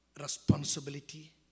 responsibility